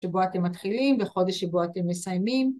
שבו אתם מתחילים וחודש שבו אתם מסיימים.